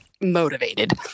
motivated